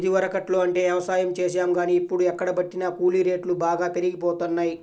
ఇదివరకట్లో అంటే యవసాయం చేశాం గానీ, ఇప్పుడు ఎక్కడబట్టినా కూలీ రేట్లు బాగా పెరిగిపోతన్నయ్